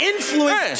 influence